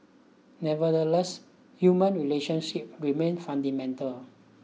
nevertheless human relationships remain fundamental